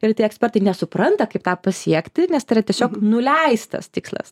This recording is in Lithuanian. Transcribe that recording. ir tie ekspertai nesupranta kaip tą pasiekti nes tai yra tiesiog nuleistas tikslas